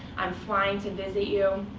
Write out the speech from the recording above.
i'm flying to visit you.